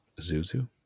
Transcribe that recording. Zuzu